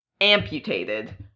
amputated